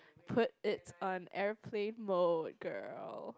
put it on airplane mode girl